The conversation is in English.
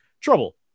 trouble